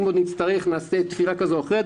אם עוד נצטרך נעשה תפירה כזאת או אחרת.